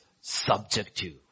subjective